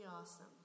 awesome